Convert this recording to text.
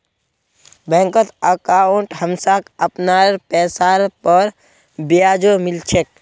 बैंकत अंकाउट हमसाक अपनार पैसार पर ब्याजो मिल छेक